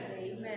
amen